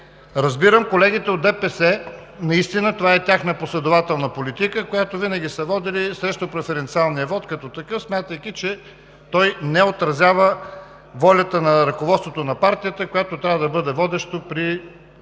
Разбирам колегите от ДПС – наистина това е тяхна последователна политика, която винаги са водили срещу преференциалния вот като такъв, смятайки, че той не отразява волята на ръководството на партията, което трябва да бъде водещо при